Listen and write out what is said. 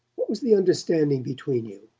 what was the understanding between you,